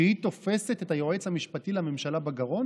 שהיא תופסת את היועץ המשפטי לממשלה בגרון?